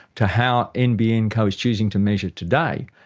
to how nbn co is choosing to measure today,